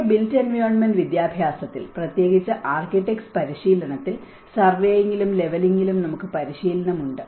നമ്മുടെ built environment വിദ്യാഭ്യാസത്തിൽ പ്രത്യേകിച്ച് ആർക്കിടെക്സ് പരിശീലനത്തിൽ സർവേയിംഗിലും ലെവലിംഗിലും നമുക്ക് പരിശീലനം ഉണ്ട്